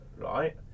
right